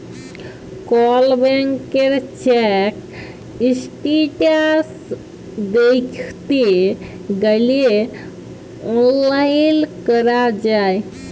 call ব্যাংকের check status দ্যাইখতে গ্যালে অললাইল ক্যরা যায়